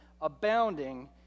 abounding